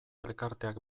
elkarteak